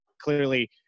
clearly